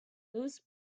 those